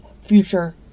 Future